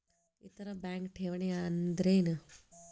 ಇತರ ಬ್ಯಾಂಕ್ನ ಠೇವಣಿ ಅನ್ದರೇನು?